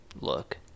look